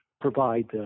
provide